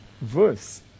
verse